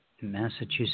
Massachusetts